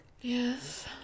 Yes